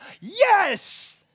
yes